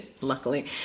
luckily